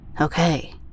Okay